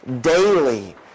daily